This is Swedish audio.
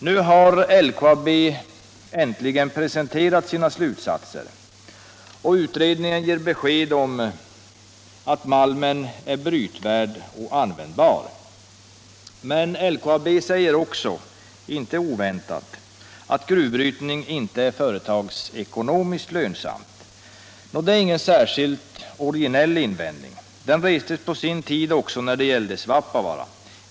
Nu har LKAB äntligen presenterat sina slutsatser. Utredningen ger besked om att malmen är brytvärd och användbar. Men LKAB säger också — inte oväntat — att gruvbrytning inte är företagsekonomiskt lönsam. Det är ingen särskilt originell invändning. Den restes på sin tid också när det gällde Svappavaara.